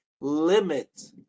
limit